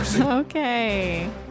Okay